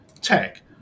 tech